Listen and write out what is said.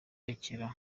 rekera